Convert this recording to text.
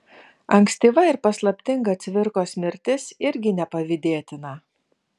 ankstyva ir paslaptinga cvirkos mirtis irgi nepavydėtina